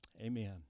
Amen